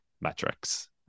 metrics